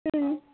ହୁଁ